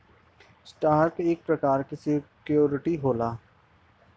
stock एक प्रकार क सिक्योरिटी होला